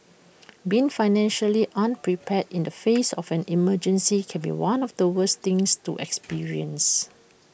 being financially unprepared in the face of an emergency can be one of the worst things to experience